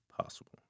possible